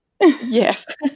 Yes